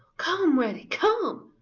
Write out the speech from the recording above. come, reddy, come!